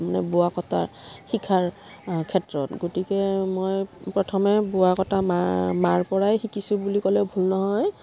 মানে বোৱা কটাৰ শিক্ষাৰ ক্ষেত্ৰত গতিকে মই প্ৰথমে বোৱা কটা মাৰ পৰাই শিকিছোঁ বুলি ক'লে ভুল নহয়